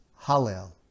Hallel